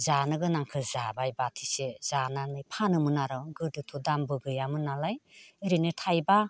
जानो गोनांखौ जाबाय बाथिसे जानानै फानोमोन आरो गोदोथ' दामबो गैयामोन नालाय ओरैनो थाइबा